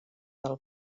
del